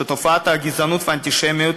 שתופעות הגזענות והאנטישמיות,